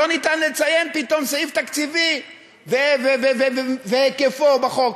פתאום לא ניתן לציין סעיף תקציבי והיקף שלו בחוק.